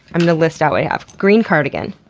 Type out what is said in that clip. i'm gonna list out what i have green cardigan,